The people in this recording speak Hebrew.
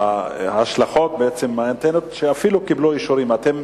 היא ההשלכות, אנטנות שאפילו קיבלו אישורים, אתם